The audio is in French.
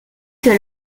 que